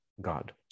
God